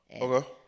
Okay